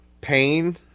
pain